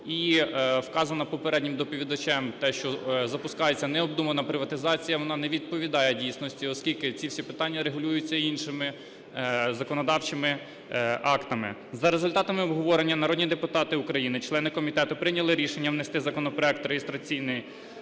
І вказано попереднім доповідачем те, що запускається необдумана приватизація, вона не відповідає дійсності, оскільки ці всі питання регулюються іншими законодавчими актами. За результатами обговорення народні депутати України члени комітету прийняли рішення внести законопроекти (реєстраційний